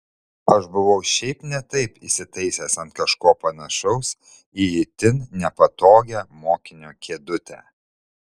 aš buvau šiaip ne taip įsitaisęs ant kažko panašaus į itin nepatogią mokinio kėdutę